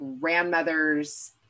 grandmother's